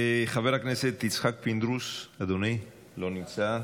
חבר הכנסת יצחק פינדרוס, לא נמצא.